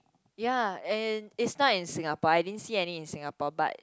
ya in is not in Singapore I didn't seen any in Singapore but